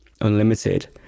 unlimited